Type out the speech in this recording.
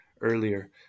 earlier